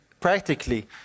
practically